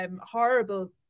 horrible